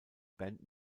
band